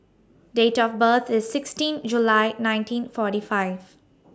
Date of birth IS sixteen July nineteen forty five